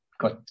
got